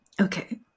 Okay